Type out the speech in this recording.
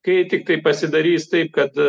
kai tiktai pasidarys taip kad